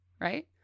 right